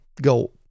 go